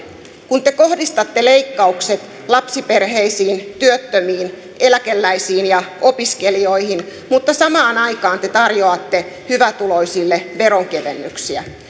kun te kohdistatte leikkaukset lapsiperheisiin työttömiin eläkeläisiin ja opiskelijoihin mutta samaan aikaan te tarjoatte hyvätuloisille veronkevennyksiä